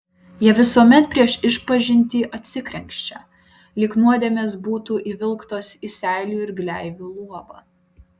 jie visuomet prieš išpažintį atsikrenkščia lyg nuodėmės būtų įvilktos į seilių ir gleivių luobą